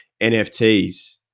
NFTs